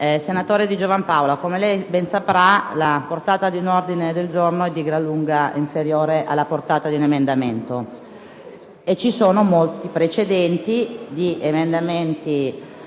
Senatore Di Giovan Paolo, come lei ben saprà, la portata di un ordine del giorno è di gran lunga inferiore alla portata di un emendamento e ci sono molti precedenti di emendamenti